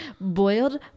boiled